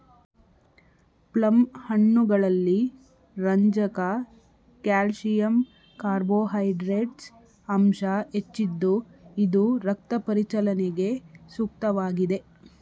plum ಹಣ್ಣುಗಳಲ್ಲಿ ರಂಜಕ calcium carbohydrates ಅಂಶ ಹೆಚ್ಚಿದ್ದು ಇದು ರಕ್ತ ಪರಿಚಲನೆಗೆ ಸೂಕ್ತವಾಗಿದೆ